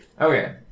Okay